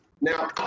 Now